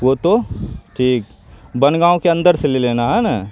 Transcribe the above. وہ تو ٹھیک بن گاؤں کے اندر سے لے لینا ہے نا